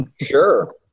sure